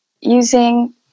using